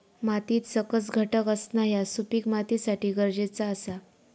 मातीत सकस घटक असणा ह्या सुपीक मातीसाठी गरजेचा आसा